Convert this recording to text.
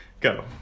Go